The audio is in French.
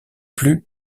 plus